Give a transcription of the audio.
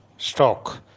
Stock